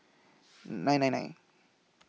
nine nine nine